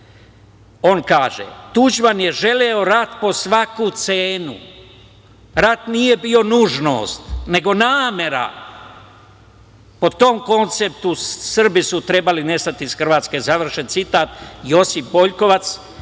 on kaže: „Tuđman je želeo rat po svaku cenu. Rat nije bio nužnost, nego namera. Po tom konceptu, Srbi su trebali nestati iz Hrvatske.“ Završen citat. Josip Boljkovac,